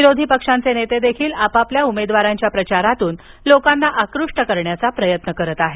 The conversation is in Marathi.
विरोधी पक्षांचे नेते देखील आपापल्या उमेदवारांच्या प्रचारातून लोकांना आकृष्ट करण्याचा प्रयत्न करत आहेत